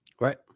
Right